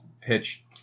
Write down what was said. pitch